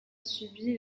subi